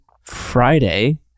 friday